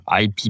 IP